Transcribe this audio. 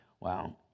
Wow